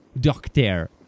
Doctor